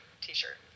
t-shirt